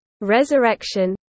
resurrection